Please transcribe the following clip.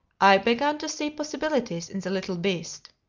i began to see possibilities in the little beast.